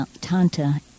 Tanta